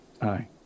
Aye